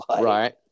Right